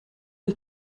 ein